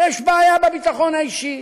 יש בעיה בביטחון האישי,